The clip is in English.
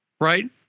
right